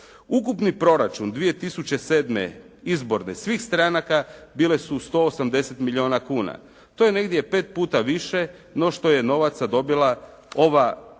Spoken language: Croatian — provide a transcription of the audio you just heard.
Ukupni proračun 2007. izborne, svih stranaka, bile su 180 milijuna kuna. To je negdje pet puta više no što je novaca dobila ova Nacionalna